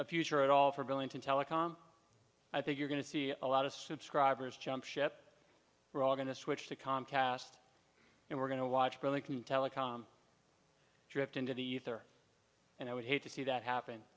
a future at all for billington telecom i think you're going to see a lot of subscribers jump ship we're all going to switch to comcast and we're going to watch burlington telecom drift into the ether and i would hate to see that happen